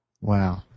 Wow